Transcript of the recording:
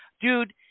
Dude